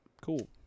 Cool